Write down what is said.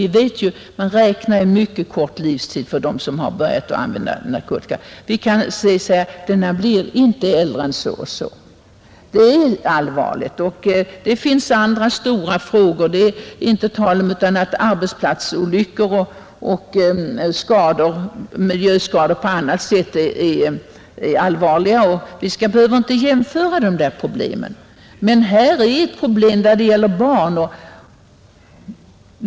Vi vet att man måste räkna med en mycket kort livstid för dem som har börjat använda narkotika: vi kan säga att de inte blir äldre än så och så. Detta är allvarligt. Det finns också andra stora frågor — det är inte tu tal om att skador på arbetsplatser och andra miljöskador är allvarliga — vi behöver inte jämföra de problemen, men här är ett problem som gäller barnen.